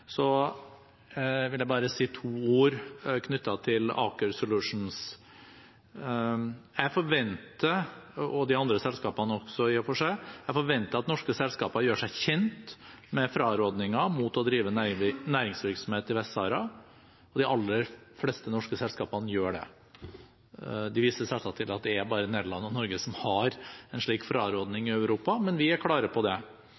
vil jeg bare si to ord knyttet til Aker Solutions. Jeg forventer, og det gjelder de andre selskapene også i og for seg, at norske selskaper gjør seg kjent med frarådinger mot å drive næringsvirksomhet i Vest-Sahara. De aller fleste norske selskapene gjør det. De viser selvsagt til at det bare er Nederland og Norge som har en slik fraråding i Europa, men vi er klare på det.